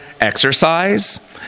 exercise